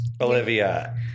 Olivia